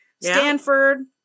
Stanford